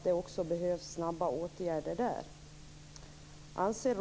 Det behövs snabba åtgärder även för dem.